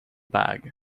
bag